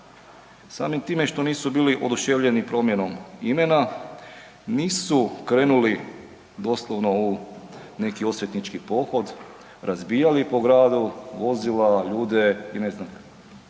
Samim time što nisu bili oduševljeni promjenom imena nisu krenuli doslovno u neki osvetnički pohod, razbijali po gradu vozila, ljude i ne znam